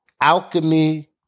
alchemy